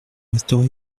resterai